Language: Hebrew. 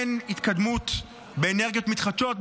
אין התקדמות באנרגיות מתחדשות,